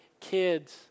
kids